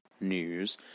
news